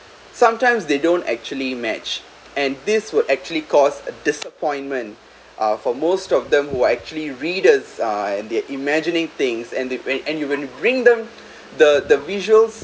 sometimes they don't actually match and this would actually cause a disappointment uh for most of them who are actually readers uh then they're imagining things and they when and you can bring them the the visuals